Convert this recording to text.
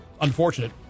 Unfortunate